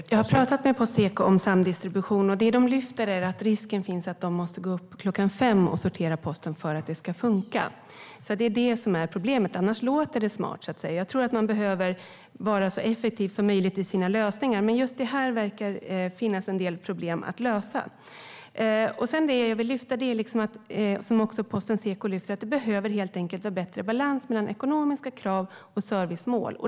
Herr talman! Jag har pratat med Seko om samdistribution. Det de lyfter fram är att risken finns att de måste gå upp klockan fem och sortera posten för att det ska funka. Det är det som är problemet. Annars låter det smart, så att säga. Jag tror att man behöver vara så effektiv som möjligt i sina lösningar, men just här verkar det finnas en del problem att lösa. Det som jag vill lyfta fram, och som också Posten och Seko lyfter fram, är att det helt enkelt behöver vara bättre balans mellan ekonomiska krav och servicemål.